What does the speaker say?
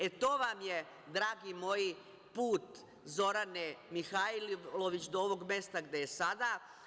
E, to vam je, dragi moji, put Zorane Mihajlović do ovog mesta gde je sada.